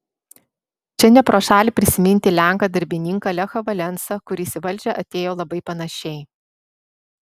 čia ne pro šalį prisiminti lenką darbininką lechą valensą kuris į valdžią atėjo labai panašiai